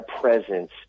presence